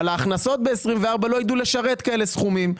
אבל ההכנסות ב-24' לא יידעו לשרת כאלה סכומים.